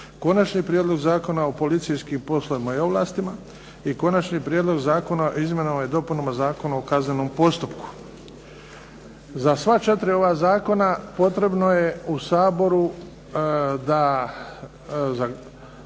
Konačni prijedlog Zakona o policijskim poslovima i ovlastima i Konačni prijedlog zakona o Izmjenama i dopunama Zakona o kaznenom postupku. Za sva četiri ova zakona potrebno je u Saboru da,